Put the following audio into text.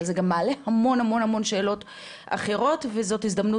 אבל זה גם מעלה המון המון שאלות אחרות וזאת הזדמנות,